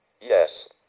Yes